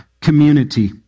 community